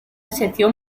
sección